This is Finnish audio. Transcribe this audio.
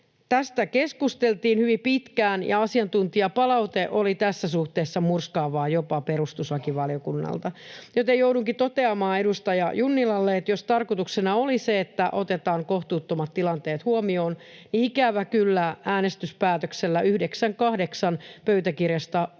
Tästä keskusteltiin hyvin pitkään, ja asiantuntijapalaute oli tässä suhteessa murskaavaa jopa perustuslakivaliokunnalta. Joten joudunkin toteamaan edustaja Junnilalle, että jos tarkoituksena oli se, että otetaan kohtuuttomat tilanteet huomioon, niin ikävä kyllä äänestyspäätöksellä 9—8 pöytäkirjasta voi